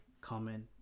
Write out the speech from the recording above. comment